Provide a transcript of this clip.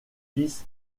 fils